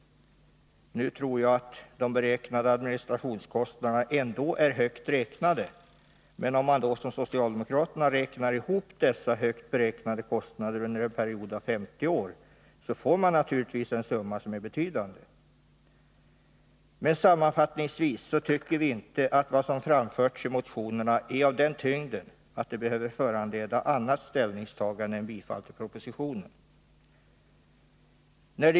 Nu tror jag att de beräknade administrationskostnaderna är högt räknade, men om man som socialdemokraterna gör, dvs. räknar ihop dessa högt beräknade kostnader under en period av 50 år, så blir naturligtvis summan betydande. Sammanfattningsvis tycker vi inte att vad som framförts i motionerna är av den tyngden att det behöver föranleda annat ställningstagande än bifall till propositionen.